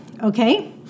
okay